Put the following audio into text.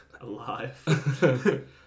alive